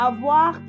Avoir